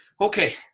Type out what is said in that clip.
Okay